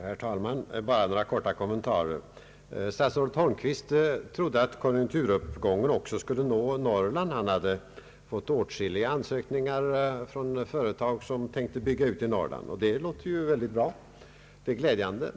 Herr talman! Jag vill bara göra ett par korta kommentarer. Statsrådet Holmqvist trodde att konjunkturuppgången också skulle nå Norrland. Han hade fått åtskilliga ansökningar från företag med utbyggnadsplaner i Norrland. Detta är mycket bra och glädjande.